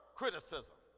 criticism